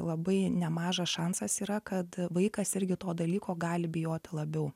labai nemažas šansas yra kad vaikas irgi to dalyko gali bijoti labiau